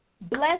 Bless